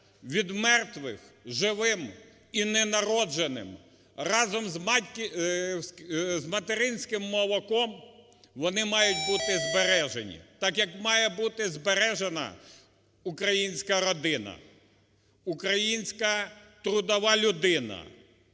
від мертвих живим і ненародженим, разом з материнським молоком вони мають бути збережені, так як має бути збережена українська родина, українська трудова людини.